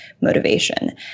motivation